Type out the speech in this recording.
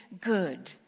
good